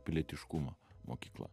pilietiškumo mokykla